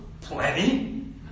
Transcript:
plenty